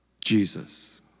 Jesus